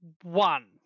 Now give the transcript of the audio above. One